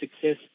success